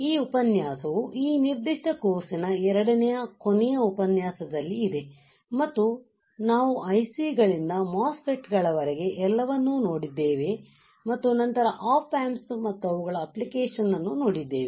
ಈ ಉಪನ್ಯಾಸವು ಈ ನಿರ್ದಿಷ್ಟ ಕೋರ್ಸ್ ನ ಎರಡನೇ ಕೊನೆಯ ಉಪನ್ಯಾಸದಲ್ಲಿ ಇದೆ ಮತ್ತು ನಾವು IC ಗಳಿಂದ MOSFET ಗಳವರೆಗೆ ಎಲ್ಲವನ್ನೂ ನೋಡಿದ್ದೇವೆ ಮತ್ತು ನಂತರ ಆಪ್ ಆಂಪ್ಸ್ ಮತ್ತು ಅವುಗಳ ಅಪ್ಲಿಕೇಶನ್ ಅನ್ನು ನೋಡಿದ್ದೇವೆ